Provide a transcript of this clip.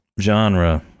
genre